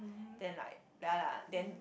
then like ya lah then